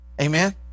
Amen